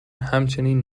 همچنین